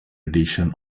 edition